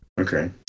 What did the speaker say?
Okay